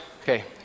Okay